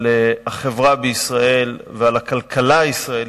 על החברה בישראל ועל הכלכלה הישראלית.